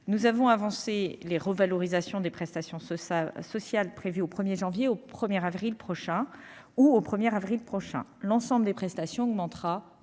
Nous avons avancé les revalorisations des prestations sociales prévues au 1 janvier ou au 1 avril prochain. L'ensemble des prestations augmentera